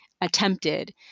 attempted